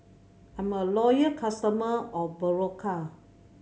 I'm a loyal customer of Berocca